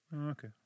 Okay